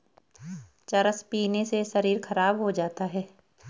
चरस पीने से शरीर खराब हो जाता है